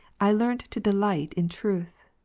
i learnt to delight in truth,